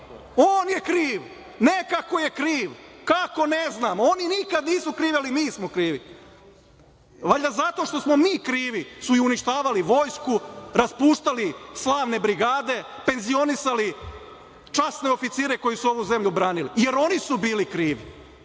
On je kriv. Nekako je kriv. Kako? Ne znam. Oni nikada nisu krivi, ali mi smo krivi. Valjda zato što smo krivi su i uništavali Vojsku, raspuštali slavne brigade, penzionisali časne oficire koji su ovu zemlju branili, jer oni su bili krivi